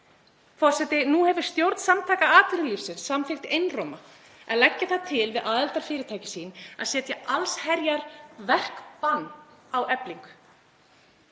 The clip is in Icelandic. Forseti. Nú hefur stjórn Samtaka atvinnulífsins samþykkt einróma að leggja það til við aðildarfyrirtæki sín að setja allsherjarverkbann á Eflingu.